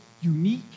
unique